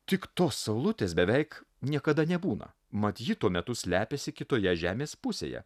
tik tos saulutės beveik niekada nebūna mat ji tuo metu slepiasi kitoje žemės pusėje